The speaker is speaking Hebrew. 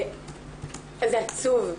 זה עצוב.